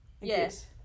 Yes